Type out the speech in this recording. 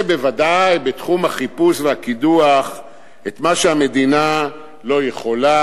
בוודאי בתחום החיפוש והקידוח את מה שהמדינה לא יכולה,